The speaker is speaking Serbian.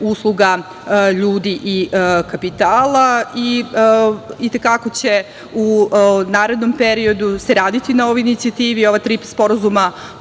usluga ljudi i kapitala i i te kako će u narednom periodu se raditi na ovoj inicijativi. Ova tri sporazuma